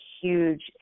huge